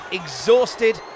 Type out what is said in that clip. exhausted